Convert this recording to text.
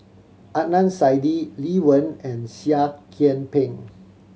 Adnan Saidi Lee Wen and Seah Kian Peng